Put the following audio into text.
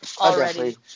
already